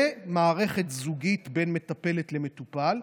ומערכת זוגית בין מטפלת למטופל.